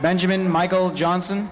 benjamin michael johnson